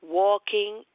walking